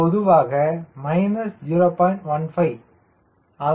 15 எனவே இது பொதுவாக 0